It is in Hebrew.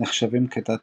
נחשבים כתת--היגוי,